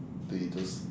they just